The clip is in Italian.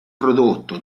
prodotto